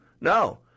No